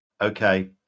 okay